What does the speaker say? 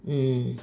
mm